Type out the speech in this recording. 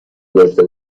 داشته